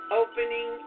opening